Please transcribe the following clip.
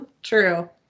true